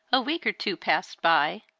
a week or two passed by,